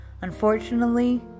Unfortunately